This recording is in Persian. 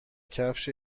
کفش